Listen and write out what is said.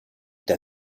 der